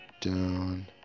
down